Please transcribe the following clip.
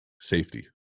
safety